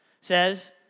says